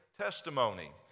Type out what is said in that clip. testimony